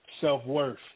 self-worth